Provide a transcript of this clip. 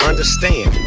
Understand